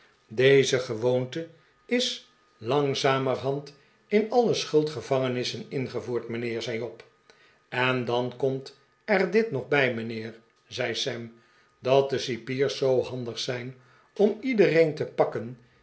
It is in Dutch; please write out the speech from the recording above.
deze gewoonte is langzamerhand in alle schuldgevangenissen ingevoerd mijnheer zei job r en dan komt er dit nog bij mijnheer zei sam dat de cipiers zoo handig zijn om iedereen te pakken